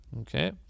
Okay